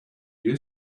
you